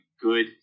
good